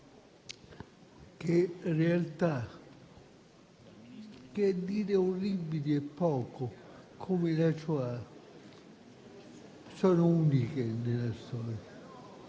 che realtà - dire orribili è poco - come la Shoah sono uniche nella storia,